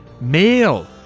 male